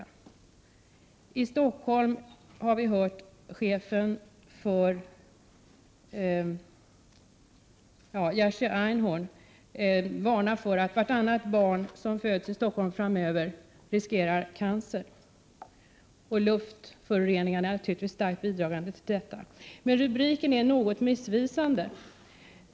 Vi har i Stockholm hört chefen för Radiumhemmet, Jerzy Einhorn, varna för att framöver kommer vartannat barn som föds i Stockholm att riskera att få cancer. Luftföroreningarna är naturligtvis starkt bidragande till detta.